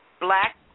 black